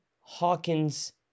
Hawkins